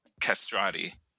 castrati